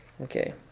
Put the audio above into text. Okay